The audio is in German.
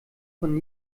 von